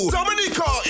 Dominica